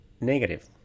negative